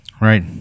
right